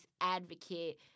advocate